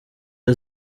iyo